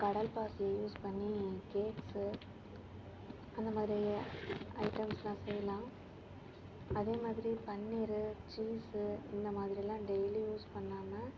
கடல் பாசி யூஸ் பண்ணி கேக்ஸு அந்த மாதிரி ஐட்டம்ஸ்லாம் செய்யலாம் அதே மாதிரி பன்னீரு சீஸு இந்த மாதிரிலாம் டெய்லி யூஸ் பண்ணாமல்